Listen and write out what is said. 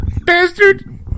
bastard